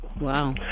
Wow